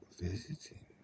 visiting